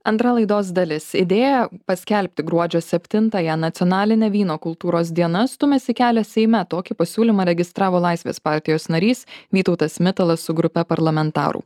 antra laidos dalis idėja paskelbti gruodžio septintąją nacionaline vyno kultūros diena stumiasi kelią seime tokį pasiūlymą registravo laisvės partijos narys vytautas mitalas su grupe parlamentarų